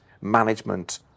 management